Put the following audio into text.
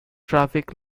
traffic